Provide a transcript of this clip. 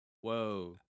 whoa